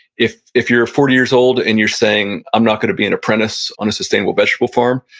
if if you're forty years old and you're saying, i'm not going to be an apprentice on a sustainable vegetable farm,